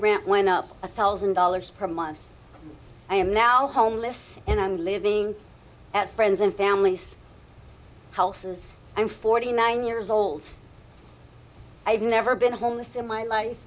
ramp went up a thousand dollars per month i am now homeless and i'm living at friends and family's houses i'm forty nine years old i've never been homeless in my life